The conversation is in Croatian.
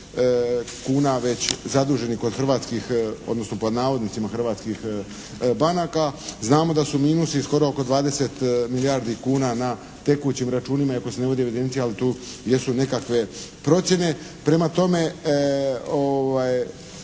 kuna već zaduženih kod hrvatskih, odnosno pod navodnicima "hrvatskih" banaka. Znamo da su minusi oko 20 milijardi kuna na tekućim računima iako se ne vodi evidencija, ali to jesu nekakve procjene. Prema tome